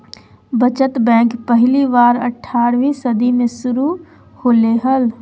बचत बैंक पहली बार अट्ठारहवीं सदी में शुरू होले हल